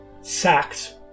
sacked